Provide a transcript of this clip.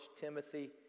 Timothy